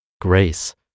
Grace